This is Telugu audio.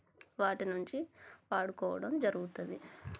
వాటి నుంచి వాడుకోవడం జరుగుతుంది